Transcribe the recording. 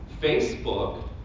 Facebook